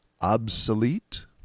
obsolete